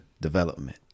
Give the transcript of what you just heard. development